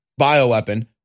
bioweapon